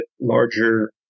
larger